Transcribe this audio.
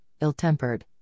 ill-tempered